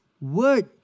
word